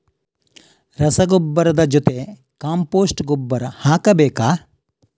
ರಸಗೊಬ್ಬರದ ಜೊತೆ ಕಾಂಪೋಸ್ಟ್ ಗೊಬ್ಬರ ಹಾಕಬೇಕಾ?